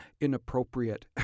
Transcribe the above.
inappropriate